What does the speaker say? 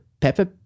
Pepper